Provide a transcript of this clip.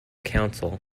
council